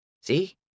See